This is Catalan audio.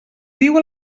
diu